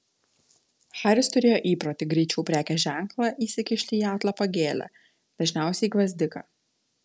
haris turėjo įprotį greičiau prekės ženklą įsikišti į atlapą gėlę dažniausiai gvazdiką